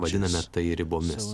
vadiname tai ribomis